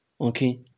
okay